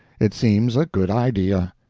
it seems a good idea.